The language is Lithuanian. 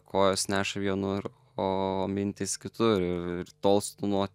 kojos neša vienur o mintys kitur ir ir tolstu nuo